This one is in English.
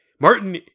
Martin